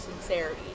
sincerity